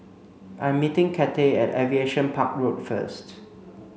I'm meeting Cathey at Aviation Park Road first